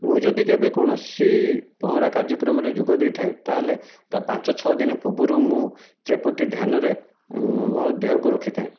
ମୁଁ ଯଦି କେବେ କୌଣସି ପହଁରା କାର୍ଯ୍ୟକ୍ରମରେ ଯୋଗ ଦେଇଥାଏ ତା'ହେଲେ ତା' ପାଞ୍ଚ ଛଅ ଦିନ ପୂର୍ବରୁ ମୁଁ ସେ ପ୍ରତି ଧ୍ୟାନରେ ମୋ' ଦେହକୁ ରଖିଥାଏ